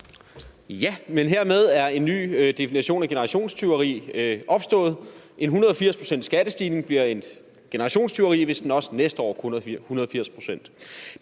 Ja, hermed er en ny definition af ordet generationstyveri opstået. En 180 pct.s skattestigning bliver et generationstyveri, hvis den også næste år er på 180 pct.